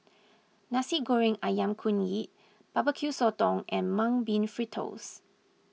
Nasi Goreng Ayam Kunyit Barbeque Sotong and Mung Bean Fritters